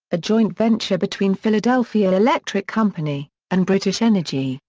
a joint venture between philadelphia electric company, and british energy,